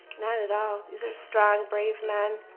not at all, he's a strong brave man.